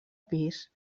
pis